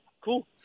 Cool